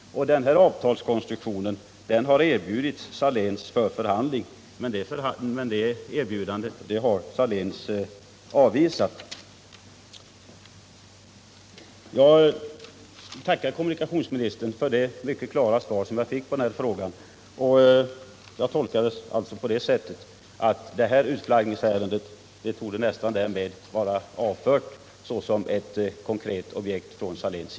Denna avtalskonstruktion har erbjudits Saléns för förhandling. Erbjudandet har Saléns avvisat. Jag tackar kommunikationsministern för det mycket klara svar som jag nu fått på denna fråga. Jag tolkar det alltså på det sättet att detta utflaggningsärende därmed torde vara avfört såsom ett konkret objekt för Saléns.